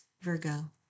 Virgo